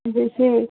जैसे